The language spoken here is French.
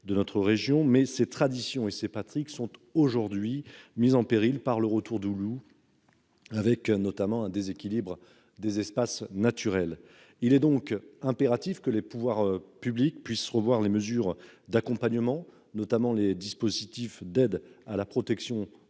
de notre région mais ses traditions et c'est Patrick sont aujourd'hui mises en péril par le retour du loup. Avec notamment un déséquilibre des espaces naturels. Il est donc impératif que les pouvoirs publics puissent revoir les mesures d'accompagnement, notamment les dispositifs d'aide à la protection des